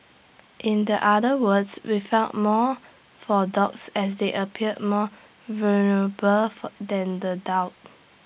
in the other words we found more for dogs as they appear more vulnerable for than the doubt